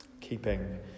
keeping